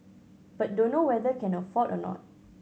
but dunno whether can afford or not